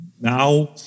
Now